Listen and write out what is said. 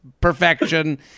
perfection